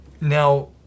Now